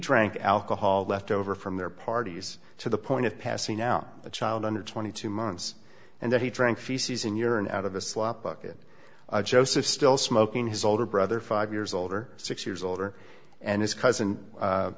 drank alcohol left over from their parties to the point of passing out a child under twenty two months and that he drank feces and urine out of the slop bucket joseph still smoking his older brother five years older six years older and his cousin